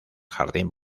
jardín